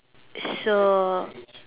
so